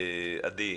עדי,